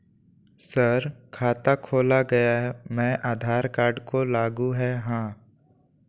Sir खाता खोला गया मैं आधार कार्ड को लागू है हां?